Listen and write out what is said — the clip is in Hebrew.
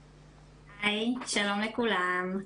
היי, שלום לכולם,